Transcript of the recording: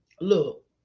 Look